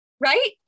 Right